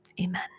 Amen